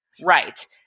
right